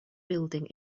building